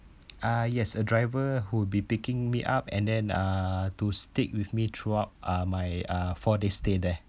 uh yes a driver who'd be picking me up and then uh to stick with me throughout uh my uh four days stay there